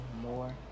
more